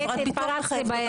קטי, קטי, רגע.